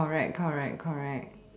correct correct correct